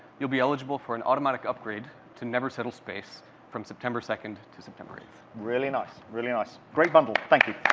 you'll be eligible for an automatic upgrade to never settle space from september second to september eighth. really nice, really nice. great bundle. thank you.